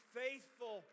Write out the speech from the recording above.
faithful